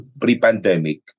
pre-pandemic